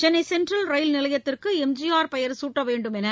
Chennai Central ரயில் நிலையத்திற்கு MGR பெயர் சூட்ட வேண்டும் என்று